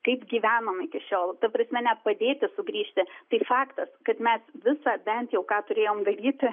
kaip gyvenom iki šiol ta prasme net padėti sugrįžti tai faktas kad mes visą bent jau ką turėjom daryti